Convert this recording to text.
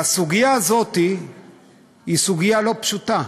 והסוגיה הזאת היא סוגיה לא פשוטה.